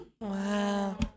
Wow